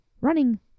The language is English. running